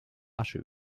asche